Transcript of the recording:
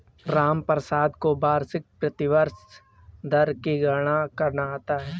रामप्रसाद को वार्षिक प्रतिशत दर की गणना करना आता है